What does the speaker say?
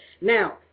Now